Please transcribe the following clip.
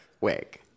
wig